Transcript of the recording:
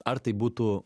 ar tai būtų